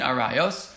Arayos